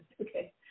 okay